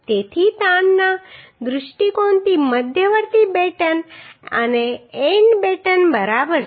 તેથી તાણના દૃષ્ટિકોણથી મધ્યવર્તી બેટન અને એન્ડ બેટન બરાબર છે